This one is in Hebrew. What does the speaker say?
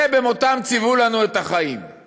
זה "במותם ציוו לנו את החיים";